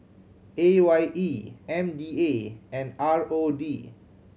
A Y E M D A and R O D